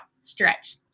stretch